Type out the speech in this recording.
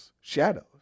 shadows